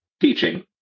teaching